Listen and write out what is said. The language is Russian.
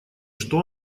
что